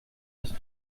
dass